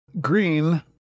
green